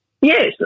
Yes